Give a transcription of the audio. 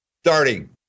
starting